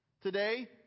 Today